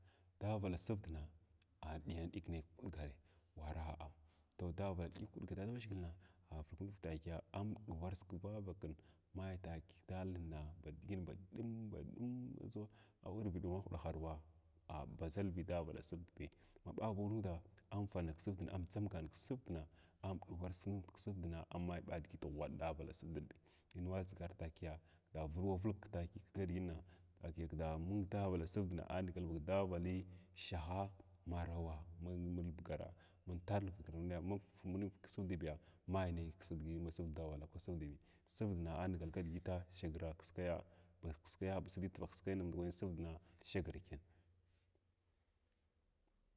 Darnla sərdna aɗiyana ɗiyg nay kuɗari kwawa toh dawaha diya kuɗga dadammʒhgil anutgu valy takiya amsumwar kvavakan mai takiya dalna ba digit ba ɗum baɗum aʒiw havadmahwɗaharnna a badʒalbi daghawval sərdbi ma ɓa bau nuda anfana nud ksardna amma ɓa digit ghwɗr davala sərdin inwa dʒigar takiya davalwavalg takiya kdiginng tkiya daghwvala sərdin anigal ba kdavali shaha marawa mulvugarn mantul bugar naya mafanu fug ksdvdbiya mai nai ksadigit ma sərdi daghirvala sarin, sərdina anigal kidigita shagru kskaya bas kaya baʒli tivigh kskaya ndakwani sərdna shagrkina.